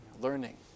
learning